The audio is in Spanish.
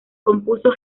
compuso